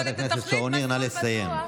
תוכנית שהביאה מגמה הפוכה מזאת שאנחנו רואים עכשיו,